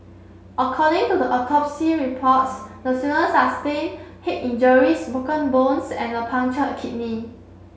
according to the autopsy reports the student sustained head injuries broken bones and a punctured kidney